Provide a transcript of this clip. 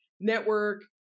network